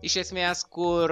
iš esmės kur